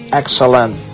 excellent